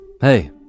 Hey